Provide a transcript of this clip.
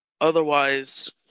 Otherwise